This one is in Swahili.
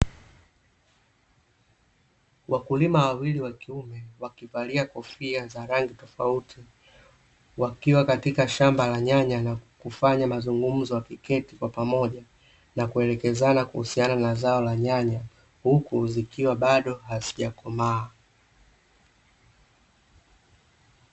Wakulima wawili wa kiume wakivalia kofia za rangi tofauti, wakiwa katika shamba la nyanya na kufanya mazungumzo wakiketi kwa pamoja, na kuelekezana kuhusiana na zao la nyanya huku zikiwa bado hazija komaa.